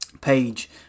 page